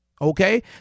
okay